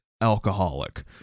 alcoholic